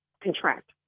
contract